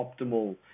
optimal